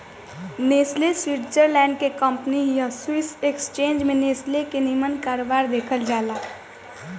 Nestle Switzerland के company हिय Swiss exchange में नेस्ले के निमन कारोबार देखल जाला